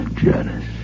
Janice